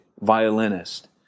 violinist